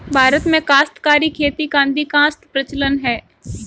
भारत में काश्तकारी खेती का अधिकांशतः प्रचलन है